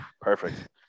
Perfect